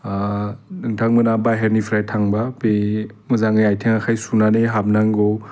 नोंथांमोना बाइहेरनिफ्राय थांबा बै मोजाहै आइथें आखाइ सुनानै हाबनांगौ